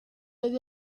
with